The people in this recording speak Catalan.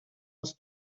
els